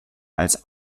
als